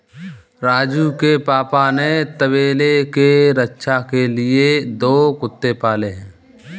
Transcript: राजू के पापा ने तबेले के रक्षा के लिए दो कुत्ते पाले हैं